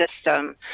system